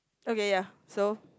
okay ya so